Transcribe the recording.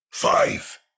Five